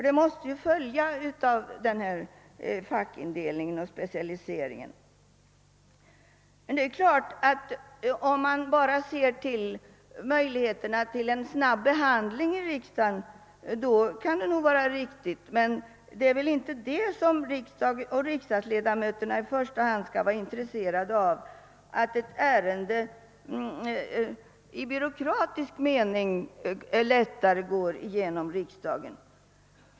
Det måste bli följden av fackindelningen och specialisering-- en. Om man bara ser till möjligheterna: att åstadkomma en snabb behandling i riksdagen, kan nog detta vara riktigt, men riksdagsledamöterna skall väl inte i första hand vara intresserade av att ärendena i byråkratisk mening går lät-- tare igenom i riksdagen.